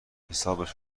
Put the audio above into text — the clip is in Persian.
حسابش